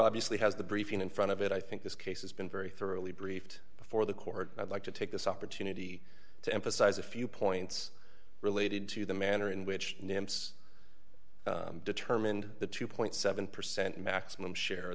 obviously has the briefing in front of it i think this case has been very thoroughly briefed before the court i'd like to take this opportunity to emphasize a few points related to the manner in which nimbus determined the two point seven percent maximum share